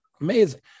amazing